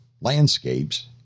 landscapes